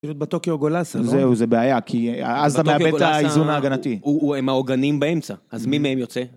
בטוקיו גולאסה, זהו, זה בעיה, כי אז אתה מאבד את האיזון ההגנתי. הם העוגנים באמצע, אז מי מהם יוצא?